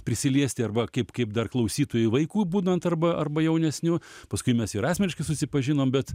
prisiliesti arba kaip kaip dar klausytojai vaikų būnant arba arba jaunesniu paskui mes ir asmeniškai susipažinom bet